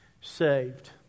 saved